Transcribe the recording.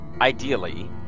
Ideally